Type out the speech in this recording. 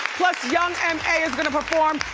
plus young m a. is gonna perform.